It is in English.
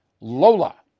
Lola